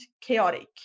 chaotic